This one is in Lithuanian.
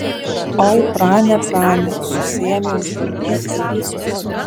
oi prane prane susiėmė už galvos diedukas